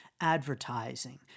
advertising